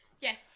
Yes